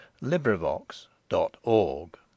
LibriVox.org